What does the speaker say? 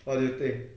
what do you think